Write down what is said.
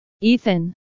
Ethan